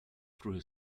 through